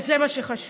וזה מה שחשוב.